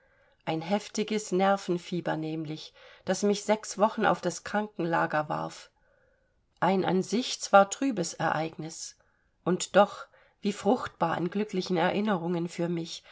ein heftiges nervenfieber nämlich das mich sechs wochen auf das krankenlager warf ein an sich zwar trübes ereignis und doch wie fruchtbar an glücklichen erinnerungen für mich